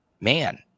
man